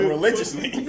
Religiously